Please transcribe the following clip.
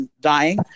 dying